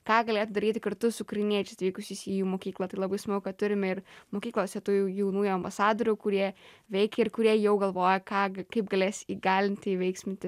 ką galėtų daryti kartu su ukrainiečiais atvykusiais į jų mokyklą tai labai smagu kad turime ir mokyklose tų jaunųjų ambasadorių kurie veikia ir kurie jau galvoja ką kaip galės įgalinti įveiksminti